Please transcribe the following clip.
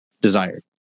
desired